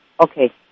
Okay